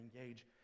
engage